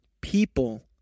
people